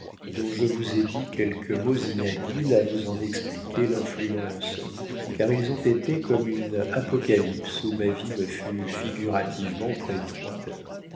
dont je vous ai dit quelques mots inhabiles à vous en expliquer l'influence car ils ont été comme une apocalypse où ma vie me fut figurativement prédite